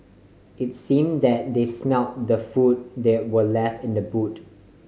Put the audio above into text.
it's seem that they smelt the food that were left in the boot